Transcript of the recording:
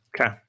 Okay